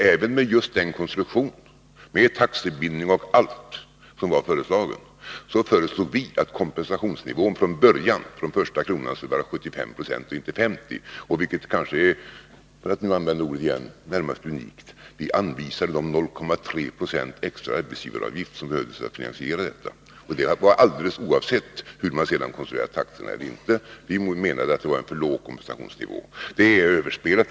Även med den konstruktion som var föreslagen med taxebindning och allt föreslog vi att kompensationsnivån från början och från första kronan skulle vara 75 90 och inte 50 96. Och, vilket kanske var — för att använda det ordet igen — närmast unikt, vi anvisade de 0,3 90 i extra arbetsgivaravgift som behövdes för att finansiera detta. Alldeles oavsett hur man sedan konstruerade taxorna menade vi att kompensationsnivån enligt det då föreliggande regeringsförslaget var alltför låg. Men detta är överspelat.